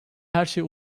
herşey